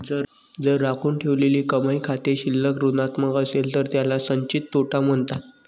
जर राखून ठेवलेली कमाई खाते शिल्लक ऋणात्मक असेल तर त्याला संचित तोटा म्हणतात